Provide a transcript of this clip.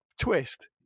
Twist